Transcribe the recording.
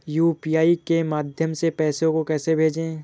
UPI के माध्यम से पैसे को कैसे भेजें?